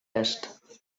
est